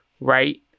right